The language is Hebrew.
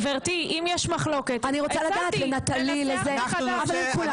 גברתי, אם יש מחלוקת הצעתי לנסח מחדש.